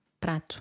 Prato